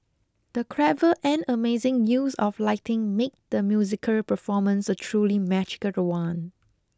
the clever and amazing use of lighting made the musical performance a truly magical one